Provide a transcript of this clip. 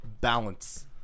balance